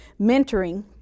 mentoring